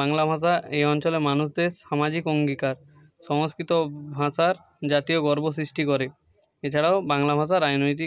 বাংলা ভাষা এই অঞ্চলের মানুষদের সামাজিক অঙ্গীকার সংস্কৃত ভাষার জাতীয় গর্ব সৃষ্টি করে এছাড়াও বাংলা ভাষা রাজনৈতিক